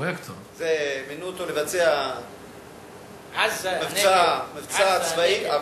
מינו אותו לבצע מבצע צבאי?